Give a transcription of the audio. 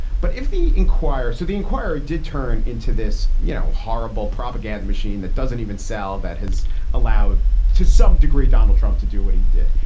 but if the enquirer so the enquirer did turn into this you know horrible propaganda machine that doesn't even sell that has allowed to some degree donald trump to do what he did.